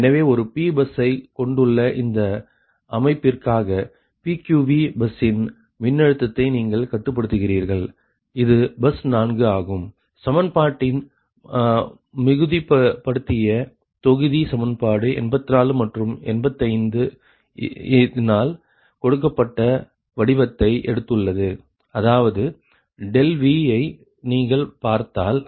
எனவே ஒரு P பஸ்ஸை கொண்டுள்ள இந்த அமைப்பிற்காக PQVபஸ்ஸின் மின்னழுத்தத்தை நீங்கள் கட்டுப்படுத்துகிறீர்கள் அது பஸ் 4 ஆகும் சமன்பாட்டின் மிகுதிப்படுத்திய தொகுதி சமன்பாடு 84 மற்றும் 85 இனால் கொடுக்கப்பட்ட வடிவத்தை எடுத்துள்ளது அதாவது Vஐ நீங்கள் பார்த்தால்